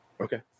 Okay